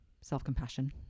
self-compassion